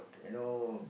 you know